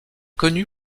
connue